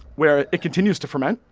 where it it continues to ferment.